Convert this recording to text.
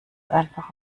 einfach